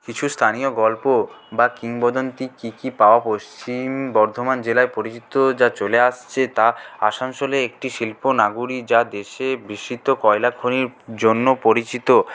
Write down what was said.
কিছু স্থানীয় গল্প বা কিংবদন্তী কী কী পাওয়া পশ্চিম বর্ধমান জেলায় পরিচিত যা চলে আসছে তা আসানসোলে একটি শিল্প নাগরী যা দেশে বিশিষ্ট কয়লা খনির জন্য পরিচিত